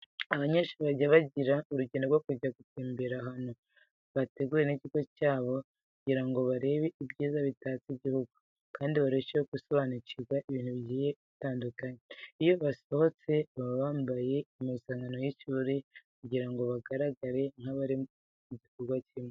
Abanyeshuri bajya bagira urugendo rwo kujya gutemberera ahantu bateguriwe n'ikigo cyabo kugira ngo barebe ibyiza bitatse igihugu kandi barusheho gusobanukirwa n'ibintu bigiye bitandukanye. Iyo basohotse baba bambaye impuzankano z'ishuri kugira ngo bagaragare nk'abari mu gikorwa kimwe.